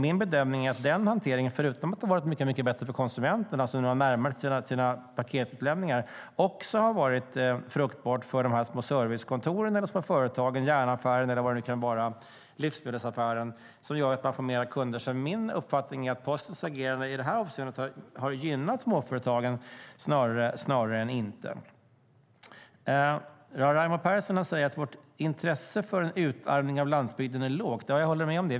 Min bedömning är att denna hantering förutom att det har blivit bättre för konsumenterna som fått närmare till sina paketutlämningar också har varit fruktbar för de små servicekontoren, att järnaffären, livsmedelsaffären och vad det kan vara har fått mer kunder. Min uppfattning är att Postens agerande i detta avseende snarare har gynnat småföretagen. Raimo Pärssinen säger att vårt intresse för en utarmning av landsbygden är lågt. Ja, det håller jag med om.